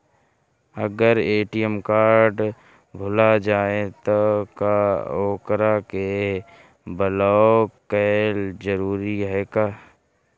अगर ATM card भूला जाए त का ओकरा के बलौक कैल जरूरी है का?